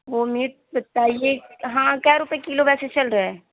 وہ میٹ بتائیے ہاں کیا روپے کلو ویسے چل رہا ہے